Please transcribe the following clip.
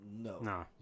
No